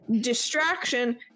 distraction